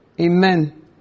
Amen